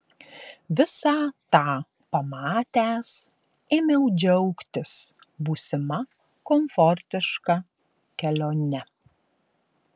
visą tą pamatęs ėmiau džiaugtis būsima komfortiška kelione